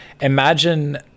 Imagine